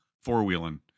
four-wheeling